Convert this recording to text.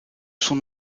son